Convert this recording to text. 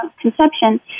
conception